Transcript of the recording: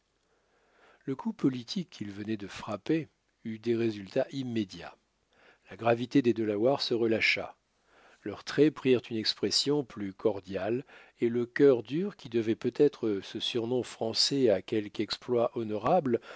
le coup politique qu'il venait de frapper eut des résultats immédiats la gravité des delawares se relâcha leurs traits prirent une expression plus cordiale et le cœur dur qui devait peut-être ce surnom français à quelque exploit honorable